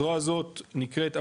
הזרוע הזאת נקראת,